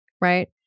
right